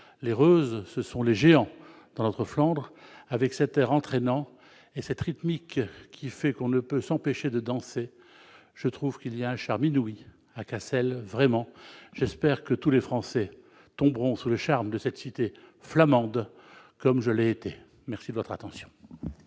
des Reuze- les géants de notre Flandre -avec cet air entraînant et cette rythmique qui fait qu'on ne peut s'empêcher de danser. Je trouve qu'il y a un charme inouï à Cassel. Vraiment. J'espère que tous les Français tomberont sous le charme de cette cité flamande comme je l'ai été. » La parole est